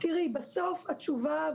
בסוף התשובה,